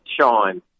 Sean